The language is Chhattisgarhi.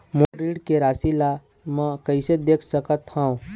मोर ऋण के राशि ला म कैसे देख सकत हव?